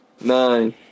Nine